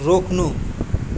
रोक्नु